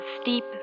steep